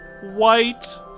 white